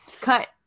Cut